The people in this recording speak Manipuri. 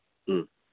ꯎꯝ